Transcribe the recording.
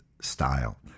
style